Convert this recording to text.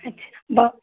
अच्छा बा